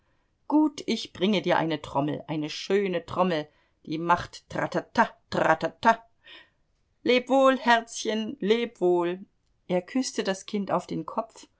gut ich bringe dir eine trommel eine schöne trommel die macht tratata tratata leb wohl herzchen leb wohl er küßte das kind auf den kopf